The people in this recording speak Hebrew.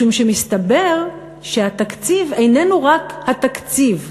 משום שמסתבר שהתקציב איננו רק התקציב.